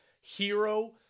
hero